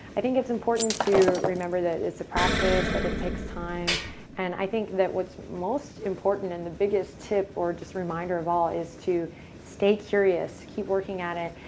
i think it's important to remember that it's a practice, that it takes time and i think that what's most important. and the biggest tip or just reminder of all is to stay curious, keep working at it,